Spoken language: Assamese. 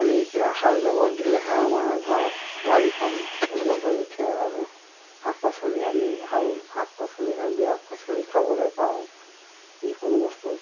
আমি এতিয়া হাল জাবৰত দিলেহে আমাৰ ধৰক বাৰীখন উজ্বল হৈ উঠে আৰু শাক পাচলি আমি ভাল শাক পাচলিহে সেউজীয়া শাক পাচলি খাবলৈ পাওঁ যিকোনো বস্তু